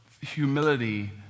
humility